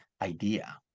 idea